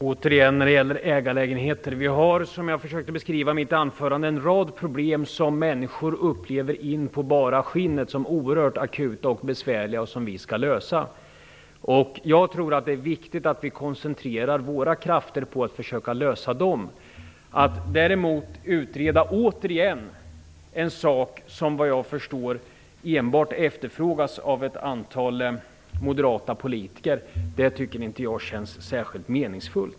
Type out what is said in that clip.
Herr talman! När det gäller ägarlägenheter har vi, som jag försökte beskriva i mitt anförande, en rad problem som människor upplever in på bara skinnet som oerhört akuta och besvärliga och som vi skall lösa. Jag tror att det är viktigt att vi koncentrerar våra krafter på att försöka lösa dem. Att däremot återigen utreda en sak som vad jag förstår enbart efterfrågas av ett antal moderata politiker tycker jag inte känns särskilt meningsfullt.